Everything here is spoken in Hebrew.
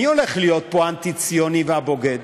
מי הולך להיות פה האנטי-ציוני והבוגד?